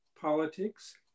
Politics